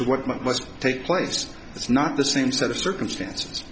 to what must take place it's not the same set of circumstances